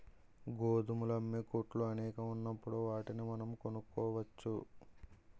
గోధుమలు అమ్మే కొట్లు అనేకం ఉన్నప్పుడు వాటిని మనం కొనుక్కోవచ్చు